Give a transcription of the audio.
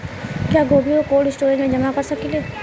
क्या गोभी को कोल्ड स्टोरेज में जमा कर सकिले?